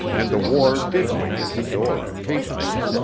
and the war did wait at the door, patiently.